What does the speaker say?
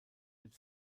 mit